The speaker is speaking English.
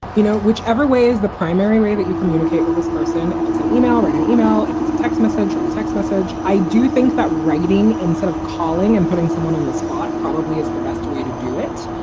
you know, whichever way is the primary way that you communicate with this person, if it's an email, read an email. if it's a text message or and text message, i do think that writing, instead of calling and putting someone on the spot, probably is the best way to do it.